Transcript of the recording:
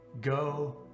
Go